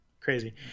crazy